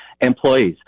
employees